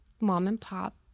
mom-and-pop